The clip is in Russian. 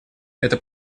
это